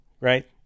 right